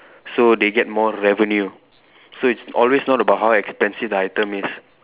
so they get more revenue so it's always not about how expensive the item is